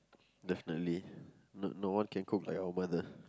definitely no no one can cook like our mother